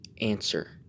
Answer